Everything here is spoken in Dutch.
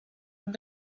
een